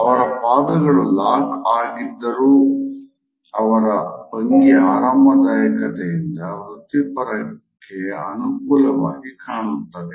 ಅವರ ಪಾದಗಳು ಲಾಕ್ ಆಗಿದ್ದರೂ ಅವರ ಭಂಗಿ ಆರಾಮದಾಯಕತೆಯಿಂದ ವೃತ್ತಿಪರತೆಗೆ ಅನುಕೂಲಕರವಾಗಿ ಕಾಣುತ್ತದೆ